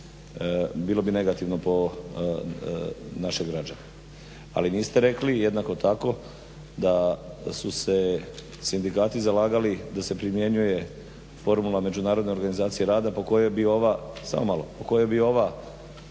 Bilo bi negativno po naše građane. A li vi niste rekli jednako tako da su se sindikati zalagali da se primjenjuje formula međunarodne organizacije rada po kojem bi ova